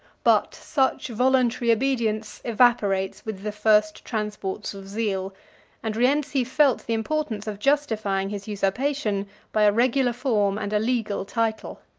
but such voluntary obedience evaporates with the first transports of zeal and rienzi felt the importance of justifying his usurpation by a regular form and a legal title.